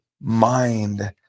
mind